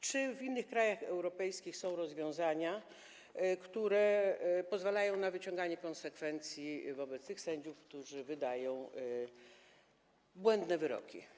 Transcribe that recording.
Czy w innych krajach europejskich są rozwiązania, które pozwalają na wyciąganie konsekwencji wobec tych sędziów, którzy wydają błędne wyroki?